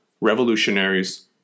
revolutionaries